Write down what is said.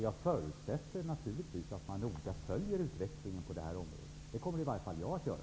Jag förutsätter naturligtvis att man noga följer utvecklingen på området. Det kommer i varje fall jag att göra.